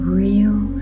real